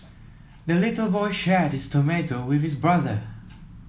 the little boy shared his tomato with his brother